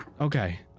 Okay